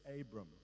Abram